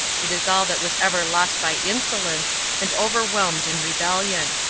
it is all that was ever lost by insolence and overwhelmed in rebellion.